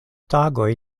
tagoj